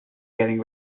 getting